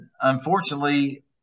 unfortunately